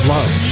Love